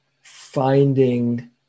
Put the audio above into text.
finding